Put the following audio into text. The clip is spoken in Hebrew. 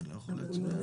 אני לא יכול להצביע.